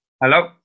Hello